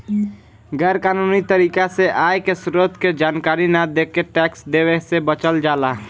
गैर कानूनी तरीका से आय के स्रोत के जानकारी न देके टैक्स देवे से बचल जाला